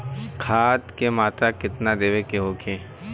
खाध के मात्रा केतना देवे के होखे?